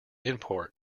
import